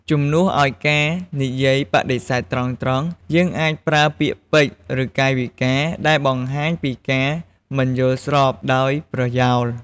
ជំនួសឲ្យការនិយាយបដិសេធត្រង់ៗ យើងអាចប្រើពាក្យពេចន៍ ឬកាយវិការដែលបង្ហាញពីការមិនយល់ស្របដោយប្រយោល។